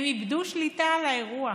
הם איבדו שליטה על האירוע.